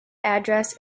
address